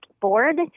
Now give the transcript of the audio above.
board